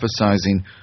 emphasizing